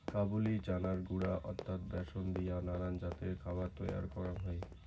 কাবুলি চানার গুঁড়া অর্থাৎ ব্যাসন দিয়া নানান জাতের খাবার তৈয়ার করাং হই